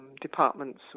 departments